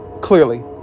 clearly